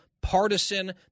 partisan